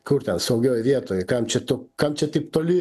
kur ten saugioj vietoj kam čia to kam čia taip toli